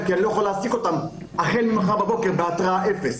כי אני לא יכול להעסיק אותם החל ממחר בבוקר בהתרעה אפס.